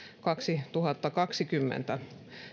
kaksituhattakaksikymmentä